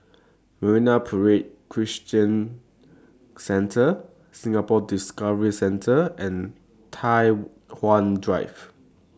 Marine Parade Christian Centre Singapore Discovery Centre and Tai Hwan Drive